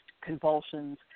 convulsions